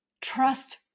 trust